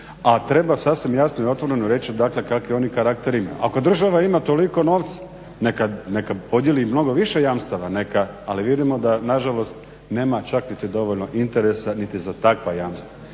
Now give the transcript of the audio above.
A treba sasvim jasno i otvoreno reći dakle kakve oni karaktere imaju. Ako država ima toliko novca neka podijeli i mnogo više jamstava. Ali vidimo da nažalost nema čak niti dovoljno interesa niti za takva jamstva.